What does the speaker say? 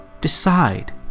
Decide